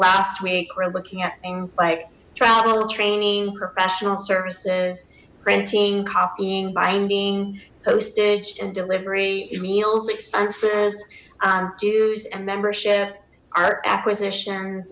last week we're looking at things like travel training professional services printing copying binding postage and delivery meals expenses dues and membership our acquisitions